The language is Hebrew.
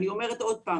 אני אומרת שוב,